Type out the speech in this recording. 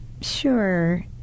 Sure